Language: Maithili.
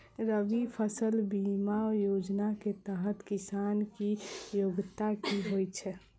रबी फसल बीमा योजना केँ तहत किसान की योग्यता की होइ छै?